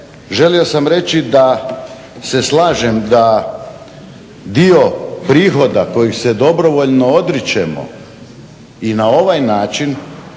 želio sam reći da se slažem da dio prihoda kojih se dobrovoljno odričemo i na ovaj način